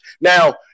Now